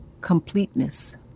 completeness